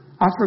Offer